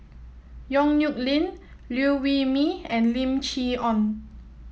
Yong Nyuk Lin Liew Wee Mee and Lim Chee Onn